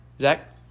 Zach